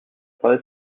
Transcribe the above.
pas